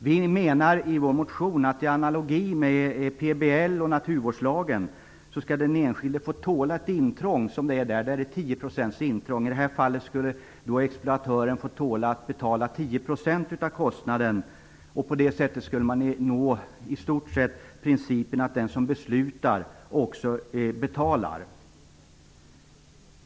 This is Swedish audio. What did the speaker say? Vi menar i vår motion att i analogi med PBL och naturvårdslagen skall den enskilde få tåla ett intrång. Där är det 10 % intrång. I det här fallet skulle då exploatören få tåla att betala 10 % av kostnaden. På det sättet skulle man nå i stort sett principen att den som beslutar också betalar.